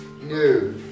No